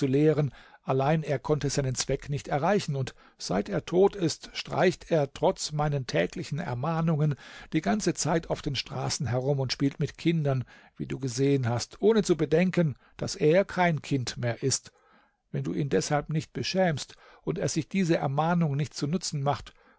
allein er konnte seinen zweck nicht erreichen und seit er tot ist streicht er trotz meinen täglichen ermahnungen die ganze zeit auf den straßen herum und spielt mit kindern wie du gesehen hast ohne zu bedenken daß er kein kind mehr ist wenn du ihn deshalb nicht beschämst und er sich diese ermahnung nicht zu nutzen macht